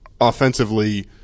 offensively